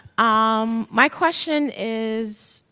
um my question is.